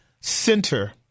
center